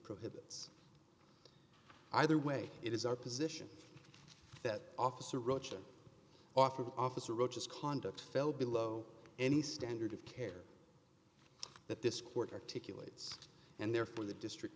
provide either way it is our position that officer roach an awful officer roach is conduct fell below any standard of care that this court articulate and therefore the district